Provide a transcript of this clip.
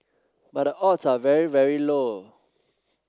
but the odds are very very low